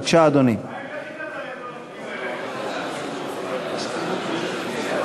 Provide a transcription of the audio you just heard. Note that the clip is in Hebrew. בבקשה, אדוני.